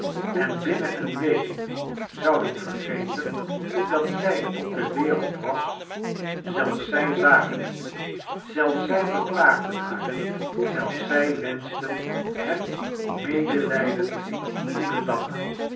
en binnen eene week zouden vergeten dat zij op de wereld was zelfs zij zagen het zelfs zij beklaagden haar zelfs zij wenscbten hem medelijdend goedendag